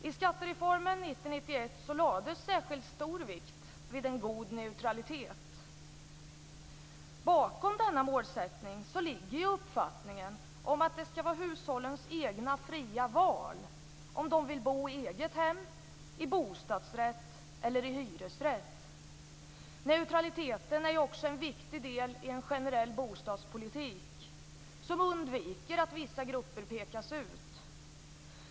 I skattereformen 1990-1991 lades särskilt stor vikt vid en god neutralitet. Bakom denna målsättning ligger uppfattningen att hushållen skall ha sitt eget fria val mellan att bo i eget hem, i bostadsrätt eller i hyresrätt. Neutraliteten är också en viktig del i en generell bostadspolitik som undviker att vissa grupper pekas ut.